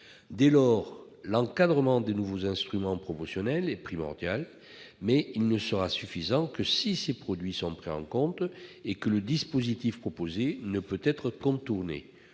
primordial. L'encadrement des nouveaux instruments promotionnels est primordial, mais il ne sera suffisant que si ces produits sont pris en compte et si le dispositif proposé ne peut être contourné.